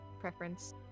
preference